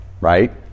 right